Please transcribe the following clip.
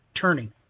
turning